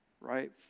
right